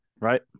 Right